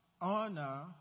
honor